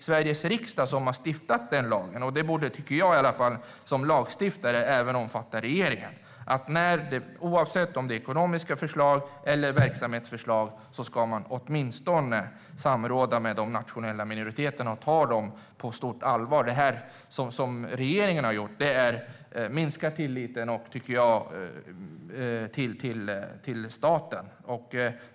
Sveriges riksdag har stiftat denna lag, och då borde den även omfatta regeringen. Oavsett om det är ekonomiska förslag eller verksamhetsförslag ska regeringen åtminstone samråda med de nationella minoriteterna och ta dem på stort allvar. Det regeringen har gjort är att minska tilliten till staten.